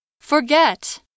Forget